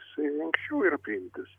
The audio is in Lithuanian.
jisai ankščiau yra priimtas